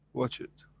watch it,